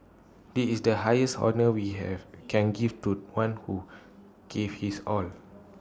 this is the highest honour we have can give to one who gave his all